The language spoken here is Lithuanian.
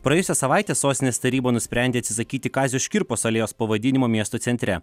praėjusią savaitę sostinės taryba nusprendė atsisakyti kazio škirpos alėjos pavadinimo miesto centre